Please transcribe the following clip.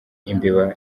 imbeba